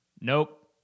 nope